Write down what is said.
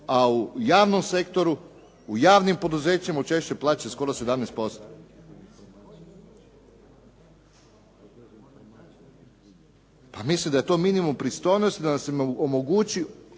a u javnom sektoru, u javnim poduzećima učešće plaća skoro 17%. Pa mislim da je to minimum pristojnosti da nam se omogući